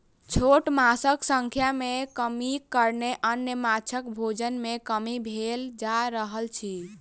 छोट माँछक संख्या मे कमीक कारणेँ अन्य माँछक भोजन मे कमी भेल जा रहल अछि